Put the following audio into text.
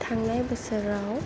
थांनाय बोसोराव